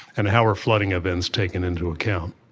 and how are flooding events taken into account?